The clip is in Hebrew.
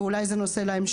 ואולי זה נושא להמשך.